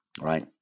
right